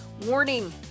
Warning